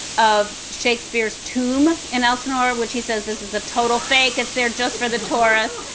of shakespeare's tomb in elsinore which he says this is a total fake. it's there just for the tourists.